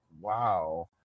wow